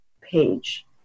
page